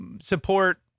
support